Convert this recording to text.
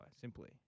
simply